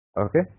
Okay